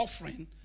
offering